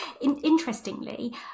Interestingly